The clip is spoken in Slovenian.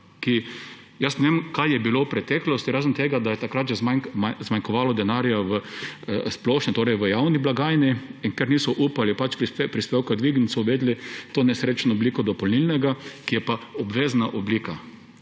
Jaz ne vem, kaj je bilo v preteklosti, razen tega, da je takrat že zmanjkovalo denarja v splošni, torej v javni blagajni. In ker niso upali prispevka dvigniti, so uvedli to nesrečno obliko dopolnilnega, ki je pa obvezna oblika.